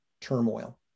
turmoil